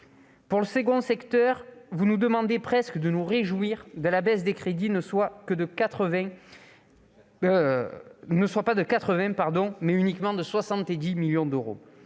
Pour le second secteur, vous nous demandez presque de nous réjouir que la baisse des crédits soit non pas de 80 millions d'euros, mais uniquement de 70 millions d'euros.